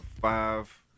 five